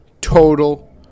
total